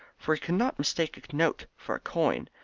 for he could not mistake a note for a coin.